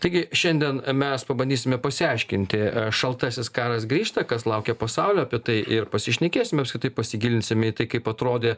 taigi šiandien mes pabandysime pasiaiškinti šaltasis karas grįžta kas laukia pasaulio apie tai ir pasišnekėsime apskritai pasigilinsime į tai kaip atrodė